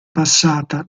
passata